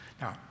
Now